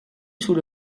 sous